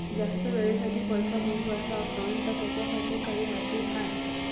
जास्त वेळेसाठी पैसा गुंतवाचा असनं त त्याच्यासाठी काही अटी हाय?